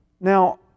Now